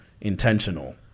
intentional